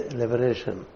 liberation